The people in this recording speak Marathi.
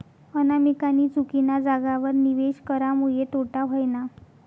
अनामिकानी चुकीना जागावर निवेश करामुये तोटा व्हयना